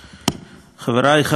חברי חברי הכנסת,